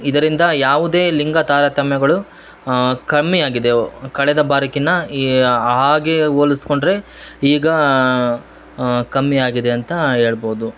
ಇದರಿಂದ ಯಾವುದೇ ಲಿಂಗ ತಾರಾತಮ್ಯಗಳು ಕಮ್ಮಿ ಆಗಿದೆ ಕಳೆದ ಬಾರಿಕ್ಕಿನ ಹಾಗೆ ಹೋಲುಸ್ಕೊಂಡರೆ ಈಗ ಕಮ್ಮಿ ಆಗಿದೆ ಅಂತ ಹೇಳ್ಬೋದು